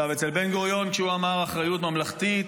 אצל בן-גוריון, כשהוא אמר אחריות ממלכתית,